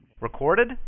Recorded